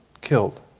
killed